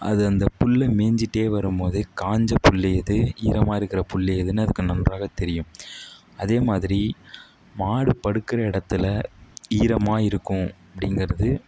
அது அந்த புல்லை மேய்ஞ்சிட்டே வரும்போது காய்ஞ்ச புல் எது ஈரமாக இருக்கிற புல் எதுனு அதுக்கு நன்றாகத் தெரியும் அதே மாதிரி மாடு படுக்கிற இடத்துல ஈரமாக இருக்கும் அப்படிங்கிறது